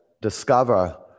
Discover